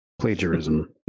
plagiarism